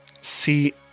see